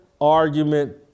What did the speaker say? argument